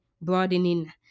broadening